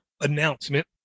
announcement